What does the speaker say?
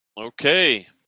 Okay